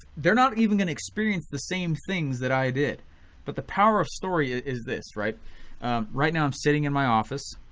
they're not even gonna experience the same things that i did but the power of story is this, right right now i'm sitting in my office,